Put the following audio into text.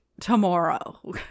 tomorrow